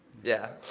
yeah,